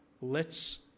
lets